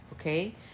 okay